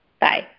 Bye